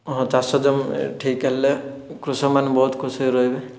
ହଁ ଚାଷ ଜମି ଏ ଠିକ୍ ହେଲେ କୃଷକମାନେ ବହୁତ ଖୁସିରେ ରହିବେ